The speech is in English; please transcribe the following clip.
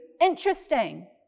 interesting